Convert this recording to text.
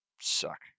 suck